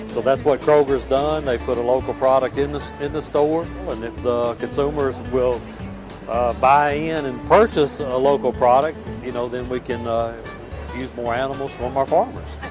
that's what kroger has done. they put a local product in the in the store. and if the consumers will buy in and purchase a local product you know then we can use more animals from our farmers.